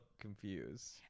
confused